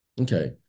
Okay